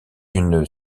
une